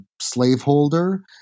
slaveholder